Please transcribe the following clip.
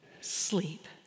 sleep